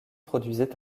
produisait